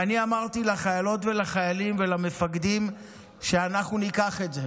ואני אמרתי לחיילות ולחיילים ולמפקדים שאנחנו ניקח את זה,